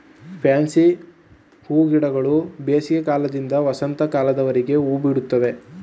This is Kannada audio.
ಫ್ಯಾನ್ಸಿ ಹೂಗಿಡಗಳು ಬೇಸಿಗೆ ಕಾಲದಿಂದ ವಸಂತ ಕಾಲದವರೆಗೆ ಹೂಬಿಡುತ್ತವೆ